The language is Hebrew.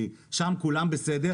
כי שם כולם בסדר.